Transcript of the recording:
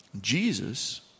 Jesus